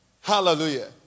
Hallelujah